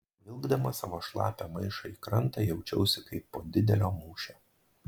vilkdama savo šlapią maišą į krantą jaučiausi kaip po didelio mūšio